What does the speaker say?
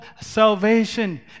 salvation